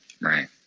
Right